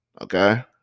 Okay